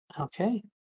Okay